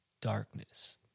darkness